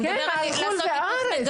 הוא מדבר על לעשות היפוך מגמה.